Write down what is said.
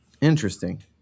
Interesting